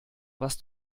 was